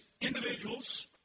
individuals